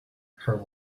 her